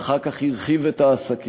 ואחר כך הרחיב את העסקים.